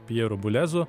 pjeru bulezu